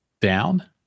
down